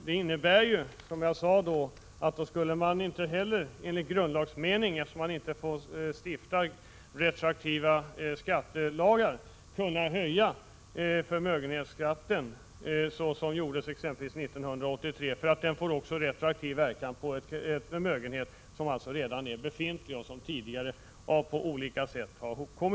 Det innebär, som jag sade i mitt anförande, att man inte skulle kunna höja förmögenhetsskatten, vilket skedde exempelvis 1983/84, eftersom en sådan höjning också får retroaktiv verkan och retroaktiv ändring av skattelag inte är tillåten enligt grundlagen. En höjning av förmögenhetsskatten får nämligen verkan på förmögenheter som redan tidigare på olika sätt har skapats.